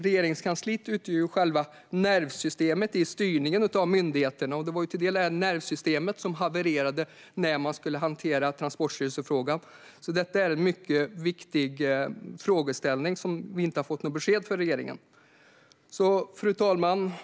Regeringskansliet utgör ju själva nervsystemet för styrningen av myndigheterna, och det var detta nervsystem som havererade när man skulle hantera frågan om Transportstyrelsen. Detta är en mycket viktig frågeställning som vi inte har fått något besked om från regeringen. Fru talman!